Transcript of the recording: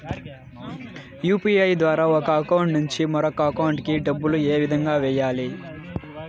UPI ద్వారా ఒక account నుంచి మరొక అకౌంట్ కి డబ్బులు ఏ విధంగా వెయ్యాలి